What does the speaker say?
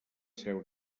seva